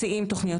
מצוין.